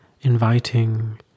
inviting